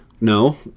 No